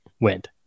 went